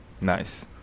Nice